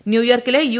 ന്യൂയോർക്കിലെ യു